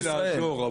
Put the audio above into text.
משה, אני רוצה לעזור.